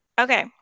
Okay